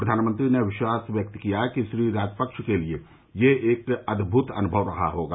प्रधानमंत्री ने विश्वास व्यक्त किया कि श्री राजपक्ष के लिए यह अद्भुव अनुभव रहा होगा